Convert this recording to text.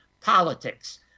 politics